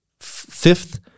fifth